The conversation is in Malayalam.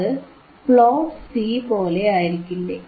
അത് പ്ലോട്ട് സി പോലെ ആയിരിക്കില്ലേ